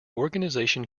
organization